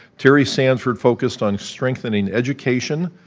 terry sanford focused on strengthening education,